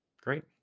Great